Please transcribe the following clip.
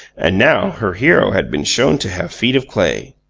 and now her hero had been shown to have feet of clay.